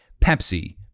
Pepsi